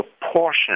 proportion